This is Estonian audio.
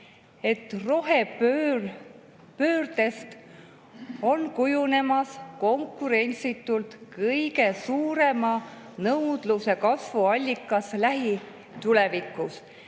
et rohepöördest on kujunemas konkurentsitult kõige suurema nõudluse kasvu allikas lähitulevikus,